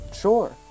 sure